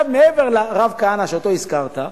מעבר לרב כהנא, שאותו הזכרת,